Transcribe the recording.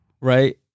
right